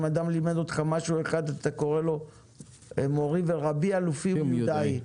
אם אדם לימד אותך משהו אחר - אתה קורא לו מורי ורבי אלופי ומיודעי.